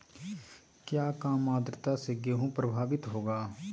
क्या काम आद्रता से गेहु प्रभाभीत होगा?